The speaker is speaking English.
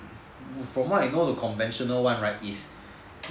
from what I know the conventional one right is